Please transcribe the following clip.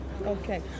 Okay